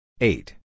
Eight